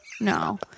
No